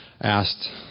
asked